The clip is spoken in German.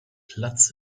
platz